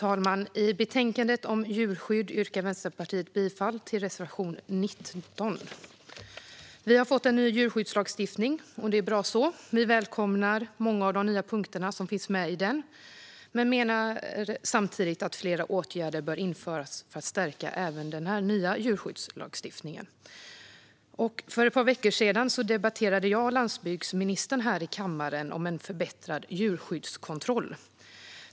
Fru talman! Jag yrkar bifall till reservation 19. Vi har fått en ny djurskyddslagstiftning, och det är bra så. Vi välkomnar många av de nya punkter som finns med i den men menar samtidigt att flera åtgärder bör vidtas för att stärka även den nya djurskyddslagstiftningen. För ett par veckor sedan debatterade jag och landsbygdsministern här i kammaren om en förbättrad djurskyddskontroll.